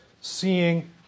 seeing